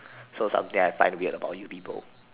so something I find weird about you people